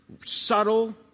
subtle